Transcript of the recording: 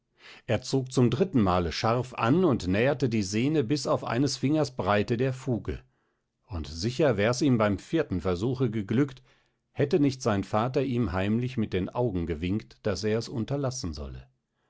er zog zum drittenmale scharf an und näherte die sehne bis auf eines fingers breite der fuge und sicher wär's ihm beim vierten versuche geglückt hätte nicht sein vater ihm heimlich mit den augen gewinkt daß er es unterlassen solle